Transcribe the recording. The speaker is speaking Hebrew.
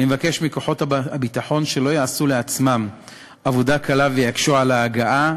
אני מבקש מכוחות הביטחון שלא יעשו לעצמם עבודה קלה ויקשו על ההגעה,